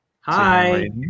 hi